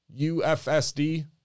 UFSD